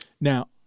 Now